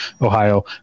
ohio